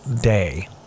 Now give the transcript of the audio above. day